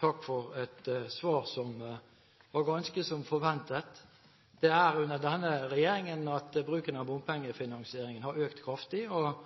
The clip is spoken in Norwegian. Takk for et svar som var ganske som forventet. Det er under denne regjeringen at bruken av